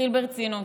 נתחיל ברצינות.